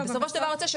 בסופו של דבר כל